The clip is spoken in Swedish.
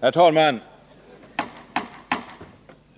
Herr talman!